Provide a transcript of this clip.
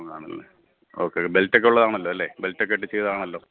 ആണല്ലേ ഓക്കെ ബെല്റ്റൊക്കെ ഉള്ളതാണല്ലോ അല്ലേ ബെല്റ്റൊക്കെ ഇട്ട് ചെയ്തതാണല്ലോ